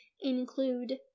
include